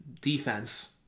defense